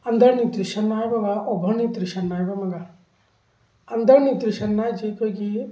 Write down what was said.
under nutrition ꯍꯥꯏꯕ ꯑꯃꯒ over nutrition ꯍꯥꯏꯕ ꯑꯃꯒ ꯑꯟꯗꯔ ꯅ꯭ꯌꯨꯇ꯭ꯔꯤꯁꯟ ꯍꯥꯏꯁꯤ ꯑꯩꯈꯣꯏꯒꯤ